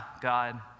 God